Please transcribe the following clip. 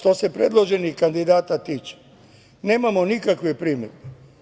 Što se predloženih kandidata tiče, nemamo nikakve primedbe.